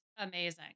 Amazing